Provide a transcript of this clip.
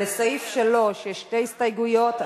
לסעיף 3 יש שתי הסתייגויות.